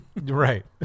Right